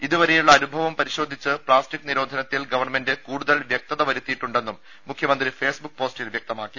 ഇതു വരെയുള്ള അനുഭവം പരിശോധിച്ചു പ്ലാസ്റ്റിക്ക് നിരോധനത്തിൽ ഗവൺമെന്റ് കൂടുതൽ വൃക്തത വരുത്തിയിട്ടുണ്ടെന്നും മുഖ്യമന്ത്രി ഫേസ്ബുക്ക് പോസ്റ്റിൽ വൃക്തമാക്കി